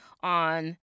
on